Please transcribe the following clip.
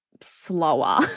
slower